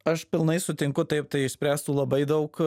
aš pilnai sutinku taip tai išspręstų labai daug